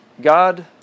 God